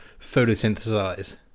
photosynthesize